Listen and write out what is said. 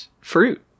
fruit